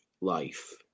life